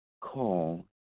call